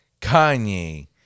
Kanye